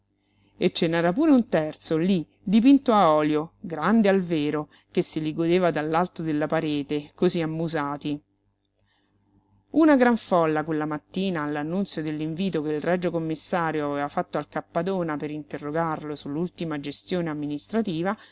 e ce n'era pure un terzo lí dipinto a olio grande al vero che se li godeva dall'alto della parete cosí ammusati una gran folla quella mattina all'annunzio dell'invito che il regio commissario aveva fatto al cappadona per interrogarlo su l'ultima gestione amministrativa